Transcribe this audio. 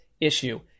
issue